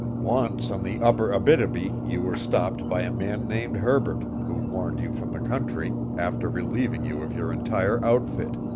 once on the upper abitibi you were stopped by a man named herbert, who warned you from the country, after relieving you of your entire outfit.